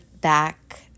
back